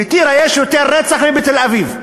בטירה יש יותר מקרי רצח מאשר בתל-אביב,